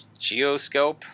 Geoscope